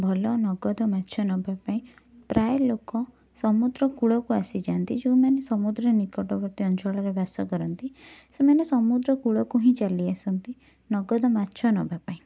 ଭଲ ନଗଦ ମାଛ ନବା ପାଇଁ ପ୍ରାୟ ଲୋକ ସମୁଦ୍ରକୂଳକୁ ଆସିଯାଆନ୍ତି ଯେଉଁମାନେ ସମୁଦ୍ରର ନିକଟବର୍ତ୍ତୀ ଅଞ୍ଚଳରେ ବାସ କରନ୍ତି ସେମାନେ ସମୁଦ୍ରକୂଳକୁ ହିଁ ଚାଲିଆସନ୍ତି ନଗଦ ମାଛ ନବା ପାଇଁ